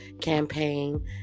campaign